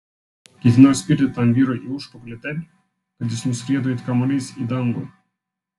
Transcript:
ketinau spirti tam vyrui į užpakalį taip kad jis nuskrietų it kamuolys į dangų